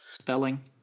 Spelling